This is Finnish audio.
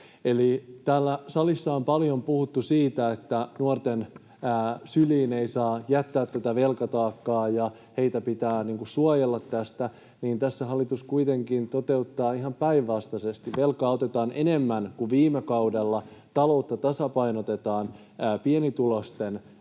Täällä salissa on paljon puhuttu siitä, että nuorten syliin ei saa jättää tätä velkataakkaa ja heitä pitää suojella tältä, ja tässä hallitus kuitenkin toteuttaa ihan päinvastaisesti: velkaa otetaan enemmän kuin viime kaudella, taloutta tasapainotetaan pienituloisten